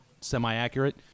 semi-accurate